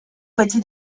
beti